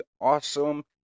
awesome